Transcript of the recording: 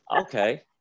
okay